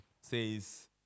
says